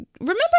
Remember